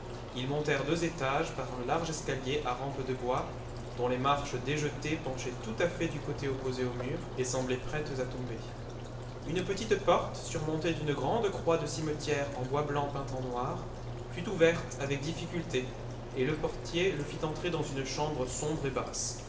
ils montèrent deux étages par un large escalier à rampe de bois dont les marches déjetées penchaient tout à fait du côté opposé au mur et semblaient prêtes à tomber une petite porte surmontée d'une grande croix de cimetière en bois blanc peint en noir fut ouverte avec difficulté et le portier le fit entrer dans une chambre sombre et basse